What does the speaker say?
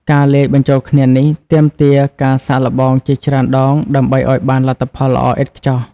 ការលាយបញ្ចូលគ្នានេះទាមទារការសាកល្បងជាច្រើនដងដើម្បីឱ្យបានលទ្ធផលល្អឥតខ្ចោះ។